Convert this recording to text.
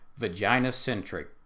vagina-centric